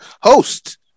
host